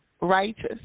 righteous